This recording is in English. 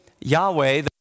Yahweh